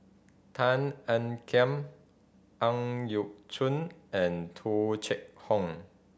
Tan Ean Kiam Ang Yau Choon and Tung Chye Hong